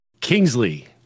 Kingsley